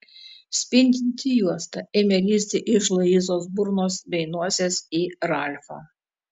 spindinti juosta ėmė lįsti iš luizos burnos bei nosies į ralfą